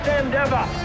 endeavor